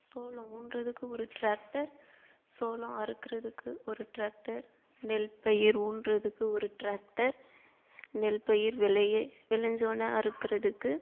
சோளம் ஊன்கிறதுக்கு ஒரு டிராக்டர் சோளம் அறுக்கிறதுக்கு ஒரு டிராக்டர் நெல் பயிர் ஊன்கிறதுக்கு ஒரு டிராக்டர் நெல் பயிர் விளைய விளஞ்சோன அறுக்கிறதுக்கு